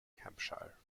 hampshire